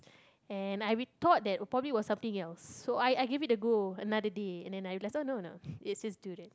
and I rethought that probably was something else so I I give it a go another day and then I let's just do it